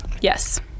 Yes